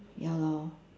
ya lor